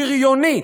הבריונית,